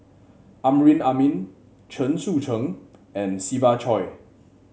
Amrin Amin Chen Sucheng and Siva Choy